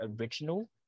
original